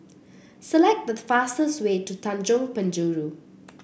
select the fastest way to Tanjong Penjuru